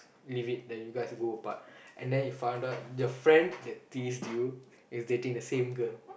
leave it then you guys go apart and then you found out your friend that teased you is dating the same girl